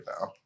now